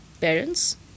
parents